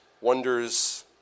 Wonders